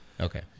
Okay